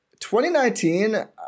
2019